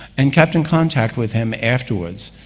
and kept in contact with him afterwards.